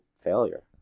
failure